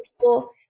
people